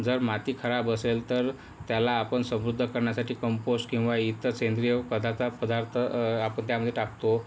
जर माती खराब असेल तर त्याला आपण समृद्ध करण्यासाटी कंपोस किंवा इतर सेंद्रिय पदार्था पदार्थ आपण त्यामध्ये टाकतो